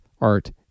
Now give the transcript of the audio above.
art